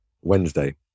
Wednesday